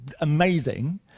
amazing